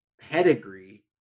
pedigree